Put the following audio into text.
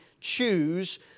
choose